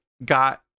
Got